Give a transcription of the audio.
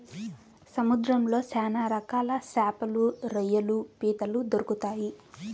సముద్రంలో శ్యాన రకాల శాపలు, రొయ్యలు, పీతలు దొరుకుతాయి